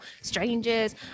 strangers